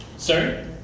Sir